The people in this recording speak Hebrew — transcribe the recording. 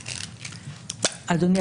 אדוני,